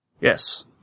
yes